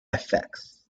effects